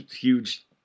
huge